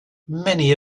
many